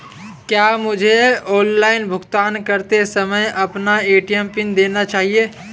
क्या मुझे ऑनलाइन भुगतान करते समय अपना ए.टी.एम पिन देना चाहिए?